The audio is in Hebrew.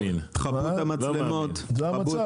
לגבי המועדים אנחנו לא נמתין לכם.